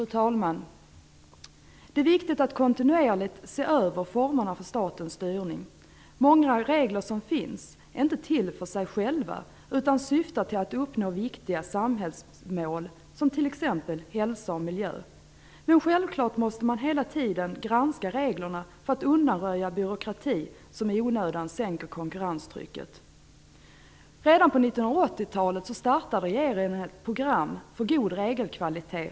Fru talman! Det är viktigt att kontinuerligt se över formerna för statens styrning. Många regler som finns är inte till för sin egen skull, utan de syftar till att uppnå viktiga samhällsmål rörande t.ex. hälsa och miljö. Självklart måste man hela tiden granska reglerna för att undanröja byråkrati som i onödan sänker konkurrenstrycket. Redan på 80-talet startade regeringen ett program för god regelkvalitet.